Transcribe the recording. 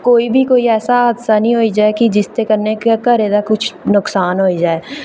की कोई बी कोई ऐसा हादसा निं होई जा कि जिसदे कन्नै घरै दा कोई नुक्सान होई जाए